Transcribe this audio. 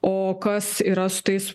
o kas yra su tais